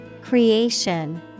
Creation